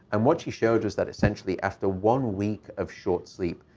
and what she showed was that, essentially, after one week of short sleep,